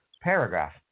paragraph